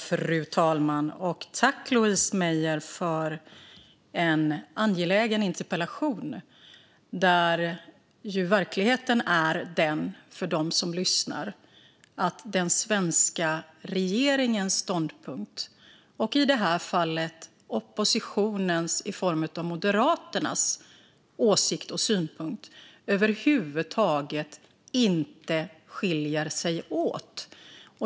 Fru talman! Tack, Louise Meijer, för en angelägen interpellation! Till dem som lyssnar ska jag säga att verkligheten är den att den svenska regeringens ståndpunkt och i det här fallet oppositionens i form av Moderaternas åsikt och synpunkt över huvud taget inte skiljer sig åt.